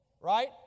right